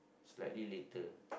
slightly later